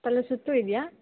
ತಲೆ ಸುತ್ತು ಇದೆಯಾ